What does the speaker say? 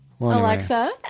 Alexa